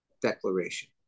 declaration